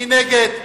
מי נגד?